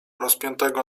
rozpiętego